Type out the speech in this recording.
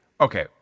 Okay